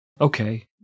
okay